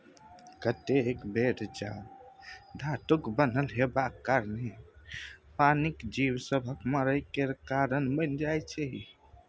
कतेक बेर जाल धातुक बनल हेबाक कारणेँ पानिक जीब सभक मरय केर कारण बनि जाइ छै